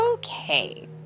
Okay